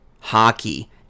hockey